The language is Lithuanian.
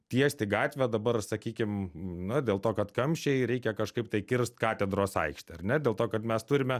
tiesti gatvę dabar sakykim na dėl to kad kamščiai reikia kažkaip tai kirst katedros aikštę ar ne dėl to kad mes turime